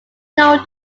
known